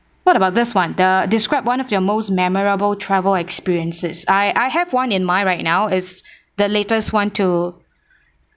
what about this [one] the describe one of your most memorable travel experiences I I have one in mind right now it's the latest [one] to